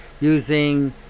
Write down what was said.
using